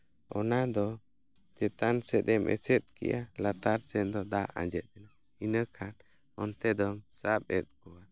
ᱚᱱᱟ ᱫᱚ ᱪᱮᱛᱟᱱ ᱥᱮᱫᱼᱮᱢ ᱮᱥᱮᱫ ᱠᱮᱜᱼᱟ ᱞᱟᱛᱟᱨ ᱥᱮᱫᱽ ᱫᱚ ᱫᱟᱜ ᱟᱸᱡᱮᱫᱽ ᱮᱱᱟ ᱤᱱᱟᱹ ᱠᱷᱟᱱ ᱚᱱᱛᱮ ᱫᱚᱢ ᱥᱟᱵᱽ ᱮᱫᱽ ᱠᱚᱣᱟ